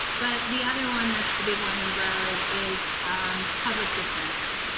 but the other one that's the big one in broward is um public defender.